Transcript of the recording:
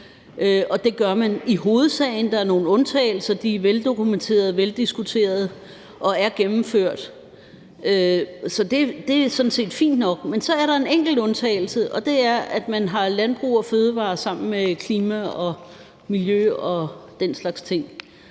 ressortområder. Der er nogle undtagelser, og de er veldokumenterede og veldiskuterede og er gennemført, så det er sådan set fint nok. Men så er der en enkelt undtagelse, og det er, at man har landbrug og fødevarer sammen med klima og miljø og den slags ting.